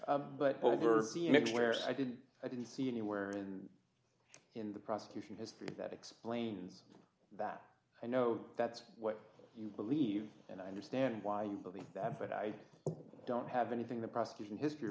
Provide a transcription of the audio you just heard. so i did i didn't see anywhere and in the prosecution his theory that explains that i know that's what you believe and i understand why you believe that but i don't have anything the prosecution history